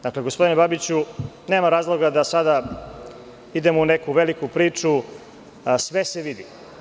Dakle, gospodine Babiću, nema razloga da sada idemo u neku veliku priču, a sve se vidi.